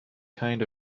kind